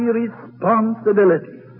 responsibility